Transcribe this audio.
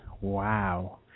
Wow